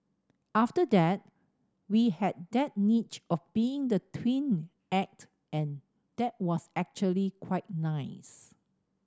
after that we had that niche of being the twin act and that was actually quite nice